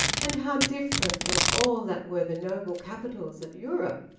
and how different from all that were the noble capitals of europe.